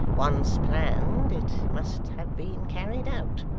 once planned, it must have been carried out.